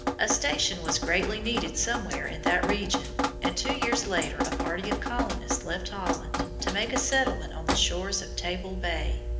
a station was greatly needed somewhere in that region, and two years later a party of colonists left holland to make a settlement on the shores of table bay.